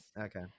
Okay